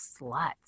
sluts